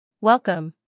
Welcome